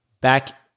back